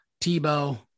Tebow